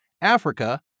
Africa